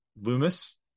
Loomis